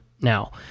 Now